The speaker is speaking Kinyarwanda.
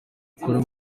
ukuri